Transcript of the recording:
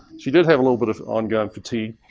she did have a little bit of ongoing fatigue.